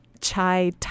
chai